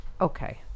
Okay